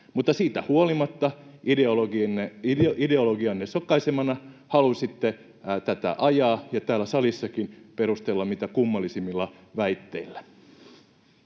Mutta siitä huolimatta ideologianne sokaisemana halusitte tätä ajaa ja täällä salissakin perustella mitä kummallisimmilla väitteillä.